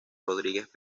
rodríguez